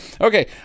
okay